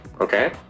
Okay